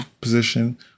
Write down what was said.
position